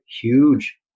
huge